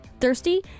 Thirsty